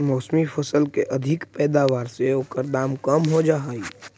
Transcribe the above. मौसमी फसल के अधिक पैदावार से ओकर दाम कम हो जाऽ हइ